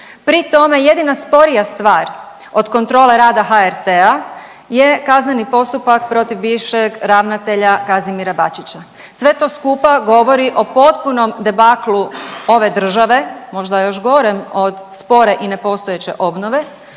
Pri tome jedina sporija stvar od kontrole rada HRT-a je kazneni postupak protiv bivšeg ravnatelja Kazimira Bačića. Sve to skupa govori o potpunom debaklu ove države, možda još gorem od spore i nepostojeće obnove